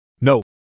No